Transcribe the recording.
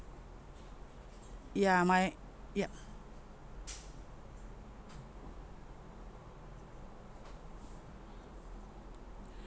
ya my ya